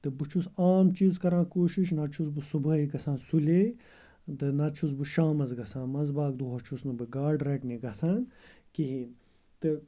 تہٕ بہٕ چھُس عام چیٖز کَران کوٗشِش نتہٕ چھُس بہٕ صُبحٲے گژھان سُلے تہٕ نتہٕ چھُس بہٕ شامَس گژھان منٛزٕ باگ دۄہَس چھُس نہٕ بہٕ گاڈٕ رَٹنہِ گژھان کِہیٖنۍ تہٕ